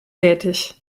tätig